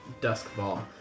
Duskball